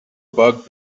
bug